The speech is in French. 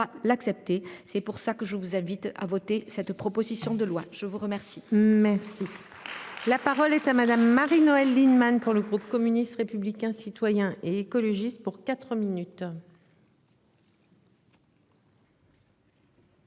l'accepter. C'est pour ça que je vous invite à voter cette proposition de loi, je vous remercie. Merci. La parole est à madame Marie-Noëlle Lienemann. Pour le groupe communiste, républicain, citoyen et écologiste pour 4 minutes.